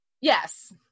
yes